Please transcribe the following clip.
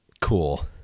cool